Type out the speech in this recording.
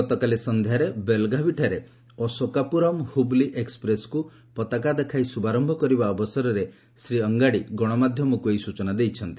ଗତକାଲି ସନ୍ଧ୍ୟାରେ ବେଲଘାବୀଠାରେ ଅଶୋକାପୁରମ୍ ହୁବଲି ଏକ୍ନପ୍ରେସ୍କୁ ପତାକା ଦେଖାଇ ଶୁଭାରୟ କରିବା ଅବସରରେ ଶ୍ରୀ ଅଙ୍ଗାଡ଼ି ଗଣମାଧ୍ୟମକୁ ଏହି ସୂଚନା ଦେଇଛନ୍ତି